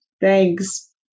Thanks